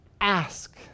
ask